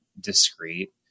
discreet